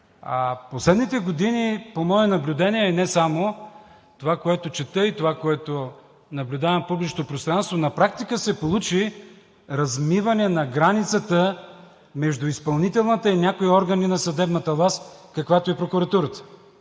Последните години, по мое наблюдение, и не само, това, което чета, и това, което наблюдавам в публичното пространство, на практика се получи размиване на границата между изпълнителната и някои органи на съдебната власт, каквато е прокуратурата.